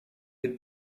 had